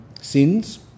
sins